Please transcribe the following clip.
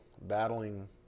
battling